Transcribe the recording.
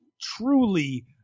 truly